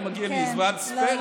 לא מגיע לי זמן ספייר?